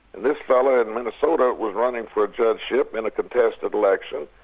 this fellow in minnesota was running for a judgeship in a contested election,